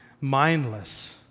mindless